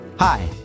Hi